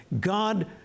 God